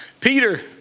Peter